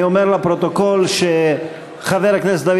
אני אומר לפרוטוקול שחבר הכנסת דוד